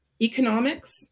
economics